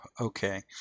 Okay